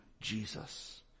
Jesus